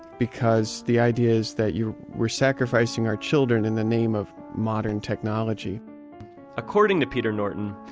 because the ideas that you were sacrificing our children in the name of modern technology according to peter norton,